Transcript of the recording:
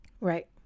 Right